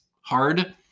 hard